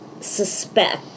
suspect